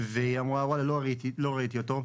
והיא אמרה "וואלה לא ראיתי אותו".